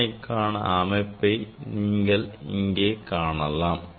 சோதனைக்கான அமைப்பை இங்கே நீங்கள் காணலாம்